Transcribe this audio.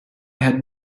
had